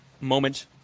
moment